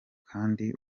ari